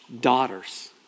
daughters